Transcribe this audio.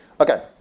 Okay